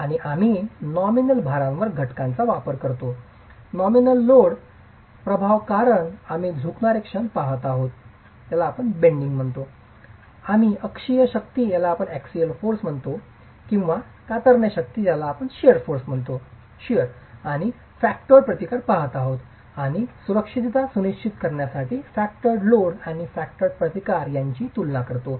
आणि आम्ही नॉमिनल भारांवर घटकांचा वापर करतो नॉमिनल लोड प्रभाव कारण आम्ही झुकणारे क्षण पहात आहोत आम्ही अक्षीय शक्ती किंवा कातरणे शक्ती आणि फॅक्टरर्ड प्रतिकार पहात आहोत आणि सुरक्षितता सुनिश्चित करण्यासाठी फॅक्टरर्ड लोड आणि फॅक्टरर्ड प्रतिकार यांची तुलना करतो